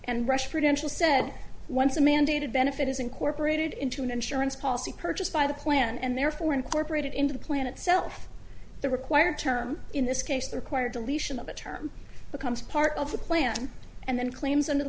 and rush prudential said once a mandated benefit is incorporated into an insurance policy purchased by the plan and therefore incorporated into the plan itself the required term in this case the required deletion of a term becomes part of the plan and then claims under the